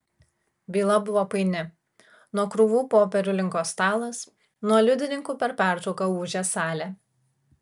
byla buvo paini nuo krūvų popierių linko stalas nuo liudininkų per pertrauką ūžė salė